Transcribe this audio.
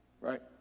right